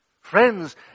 Friends